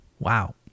Wow